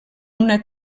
una